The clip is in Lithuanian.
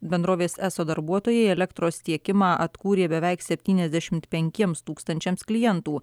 bendrovės eso darbuotojai elektros tiekimą atkūrė beveik septyniasdešimt penkiems tūkstančiams klientų